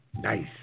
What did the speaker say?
nice